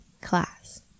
class